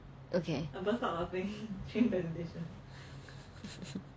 okay